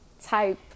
type